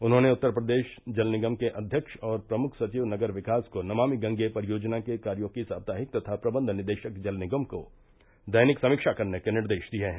उन्होंने उत्तर प्रदेश जल निगम के अध्यक्ष और प्रमुख सचिव नगर विकास को नमामि गंगे परियोजना के कार्यो की साप्ताहिक तथा प्रबंध निदेशक जल निगम को दैनिक समीक्षा करने के निर्देश दिये हैं